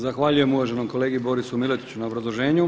Zahvaljujem uvaženom kolegi Borisu Miletiću na obrazloženju.